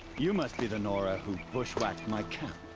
you must be the nora who bushwhacked my camp.